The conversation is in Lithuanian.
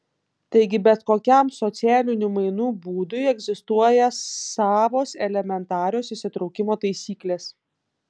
taigi bet kokiam socialinių mainų būdui egzistuoja savos elementarios įsitraukimo taisyklės